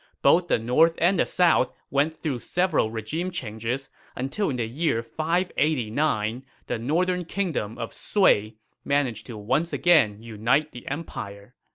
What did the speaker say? both the north and the south went through several regime changes until in the year five eighty nine, the northern kingdom of sui managed to once again unite the empire.